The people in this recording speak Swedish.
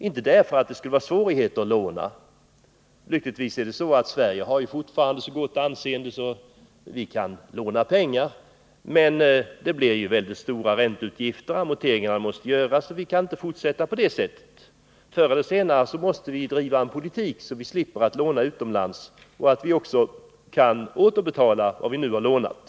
Inte därför att det skulle vara svårigheter att låna, för lyckligtvis har Sverige fortfarande ett så gott anseende att vi får låna pengar, men det blir stora ränteutgifter, och amorteringarna måste göras. Vi kan inte fortsätta på det sättet. Förr eller senare måste vi driva en politik som gör att vi slipper låna utomlands och att vi kan återbetala det vi har lånat.